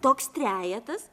toks trejetas